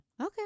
Okay